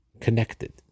connected